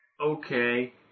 Okay